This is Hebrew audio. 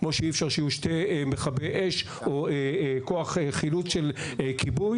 כמו שאי-אפשר שיהיו שני מכבי אש או כוח חילוץ של כיבוי